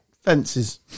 fences